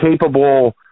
Capable